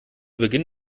beginn